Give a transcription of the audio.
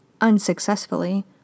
unsuccessfully